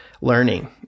learning